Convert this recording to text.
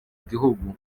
igihugu